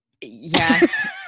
yes